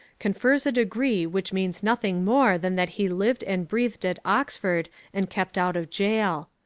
confers a degree which means nothing more than that he lived and breathed at oxford and kept out of jail.